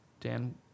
dan